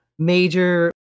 Major